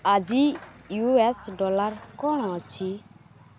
ଆଜି U S dollar କ'ଣ ଅଛି